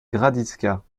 gradisca